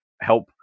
help